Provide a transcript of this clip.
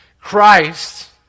Christ